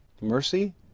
Mercy